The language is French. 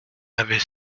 avait